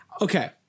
okay